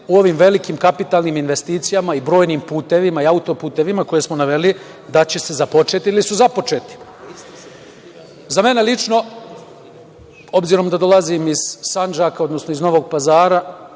u ovim velikim kapitalnim investicijama i brojnim putevima i autoputevima koje smo naveli da će se započeti ili su već započeti.Za mene lično, obzirom da dolazim iz Sandžaka, odnosno iz Novog Pazara,